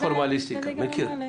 זו הפורמליסטיקה, אני מכיר.